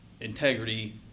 integrity